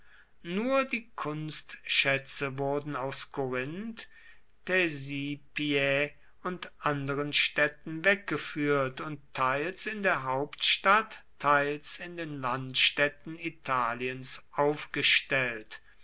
nur die kunstschätze wurden aus korinth thespiä und anderen städten weggeführt und teils in der hauptstadt teils in den landstädten italiens aufgestellt